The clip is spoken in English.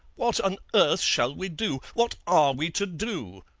what on earth shall we do? what are we to do